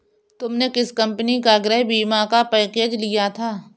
तुमने किस कंपनी का गृह बीमा का पैकेज लिया था?